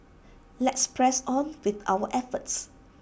let's press on with our efforts